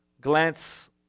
glance